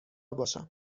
باشم